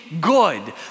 good